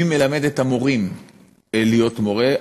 מי מלמד את המורים להיות מורה.